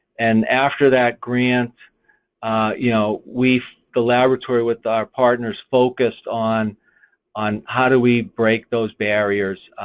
and after that grant you know we the laboratory with our partners focused on on how do we break those barriers,